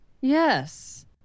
Yes